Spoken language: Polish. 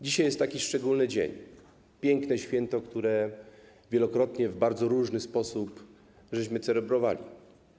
Dzisiaj jest taki szczególny dzień, piękne święto, które wielokrotnie w bardzo różny sposób celebrowaliśmy.